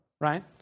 right